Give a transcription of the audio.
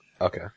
Okay